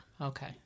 Okay